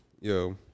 Yo